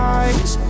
eyes